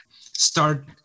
start